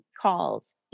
calls